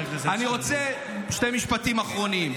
אני רוצה שני משפטים אחרונים.